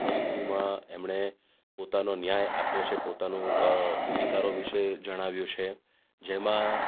વસ્તુમાં એમણે પોતાનો ન્યાય આપ્યો છે પોતાનું અધિકારો વિશે જણાવ્યું છે જેમાં